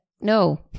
no